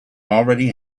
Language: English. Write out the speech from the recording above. already